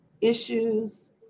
issues